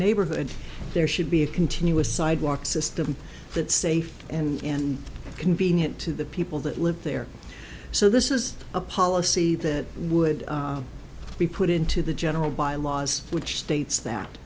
neighborhood there should be a continuous sidewalk system that's safe and convenient to the people that live there so this is a policy that would be put into the general bylaws which states that